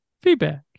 feedback